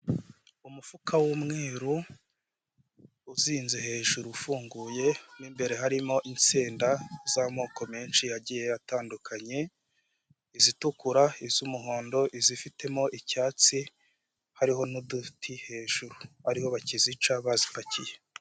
Umufuka w'umweru uzinze hejuru ufunguye mu imbere harimo insinda z'amoko menshi agiye atandukanye izitukura, iz'umuhondo, izifitemo icyatsi hariho n'uduti hejuru ariho bakizica bazipakiye.